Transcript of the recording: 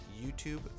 YouTube